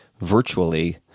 virtually